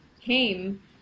came